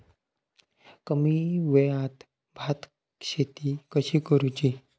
कमी वेळात भात शेती कशी करुची?